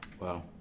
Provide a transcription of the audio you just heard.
Wow